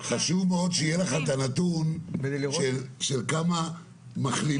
בדיוק חשוב מאוד שיהיה לך את הנתון של כמה מחלימים,